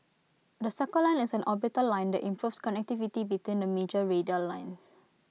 the circle line is an orbital line that improves connectivity between the major radial lines